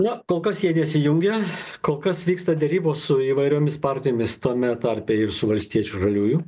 na kol kas jie nesijungia kol kas vyksta derybos su įvairiomis partijomis tame tarpe ir su valstiečių žaliųjų